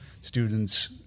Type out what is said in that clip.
students